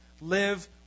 live